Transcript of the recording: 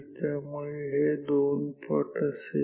त्यामुळे हे 2 पट असेल